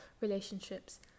relationships